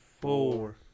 Four